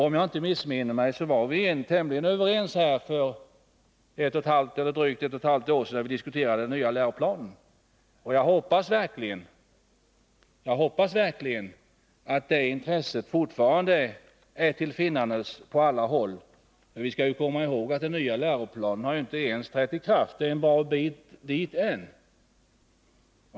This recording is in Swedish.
Om jag inte missminner mig var vi överens om detta när vi för drygt ett och ett halvt år sedan diskuterade den nya läroplanen. Jag hoppas verkligen att det intresset fortfarande finns på alla håll. Vi skall komma ihåg att den nya läroplanen inte ens har trätt i kraft — dit är det en bra bit än.